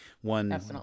one